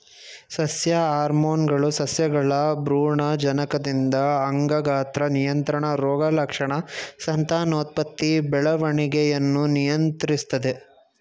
ಸಸ್ಯ ಹಾರ್ಮೋನ್ಗಳು ಸಸ್ಯಗಳ ಭ್ರೂಣಜನಕದಿಂದ ಅಂಗ ಗಾತ್ರ ನಿಯಂತ್ರಣ ರೋಗಲಕ್ಷಣ ಸಂತಾನೋತ್ಪತ್ತಿ ಬೆಳವಣಿಗೆಯನ್ನು ನಿಯಂತ್ರಿಸ್ತದೆ